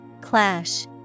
Clash